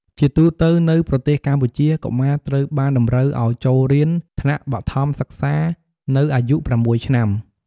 ជាទូទៅ នៅប្រទេសកម្ពុជាកុមារត្រូវបានតម្រូវឲ្យចូលរៀនថ្នាក់បឋមសិក្សានៅអាយុ ៦ឆ្នាំ។